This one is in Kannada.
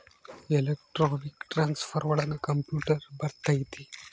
ಎಲೆಕ್ಟ್ರಾನಿಕ್ ಟ್ರಾನ್ಸ್ಫರ್ ಒಳಗ ಕಂಪ್ಯೂಟರ್ ಬರತೈತಿ